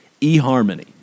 eHarmony